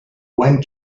when